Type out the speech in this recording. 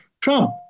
Trump